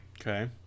Okay